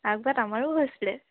আগবাত আমাৰো হৈছিলে